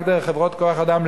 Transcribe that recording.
רק דרך חברות כוח-אדם,